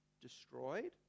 destroyed